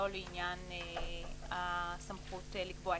לא לעניין הסמכות לקבוע תנאים.